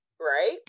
Right